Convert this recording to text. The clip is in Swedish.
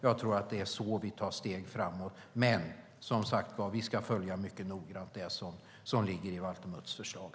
Jag tror att det är så vi tar steg framåt. Men, som sagt var, vi ska mycket noga följa det som ligger i Valter Mutts förslag.